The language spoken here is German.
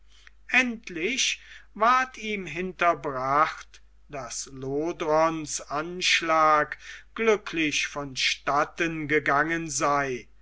endlich ward ihm hinterbracht daß lodronas anschlag glücklich von statten gegangen sei